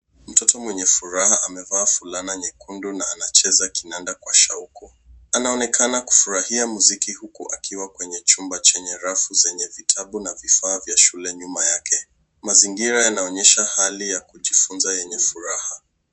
Mtoto mwenye furaha amevaa fulana nyekundu na anacheza kinanda kwa shauku. Anaonekana kufurahia muziki huku akiwa kwenye chumba chenye rafu zenye vitabu na vifaa vya shule. Nyuma yake mazingira yanaonyesha hali ya kujifunza yenye furaha.